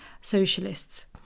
socialists